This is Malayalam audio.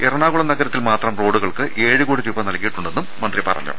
എറണാകുളം നഗര ത്തിൽമാത്രം റോഡുകൾക്ക് ഏഴ് കോടി രൂപ നൽകിയിട്ടുണ്ടെന്നും മന്ത്രി പറഞ്ഞു